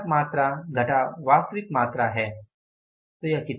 यह मानक मात्रा वास्तविक मात्रा है